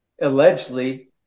allegedly